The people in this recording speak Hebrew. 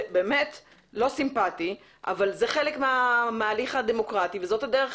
זה לא סימפטי אבל זה חלק מההליך הדמוקרטי, והדרך